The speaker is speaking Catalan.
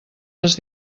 les